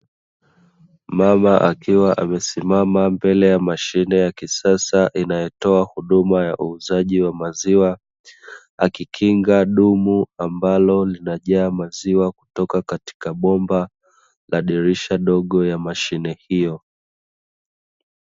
Mama akiwa amesimama mbele ya mashine ya kisasa inayotoa huduma ya uuzaji wa maziwa, akikinga dumu ambalo linajaa maziwa kutoka katika bomba la dirisha dogo ya mashine hiyo.